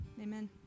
amen